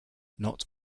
not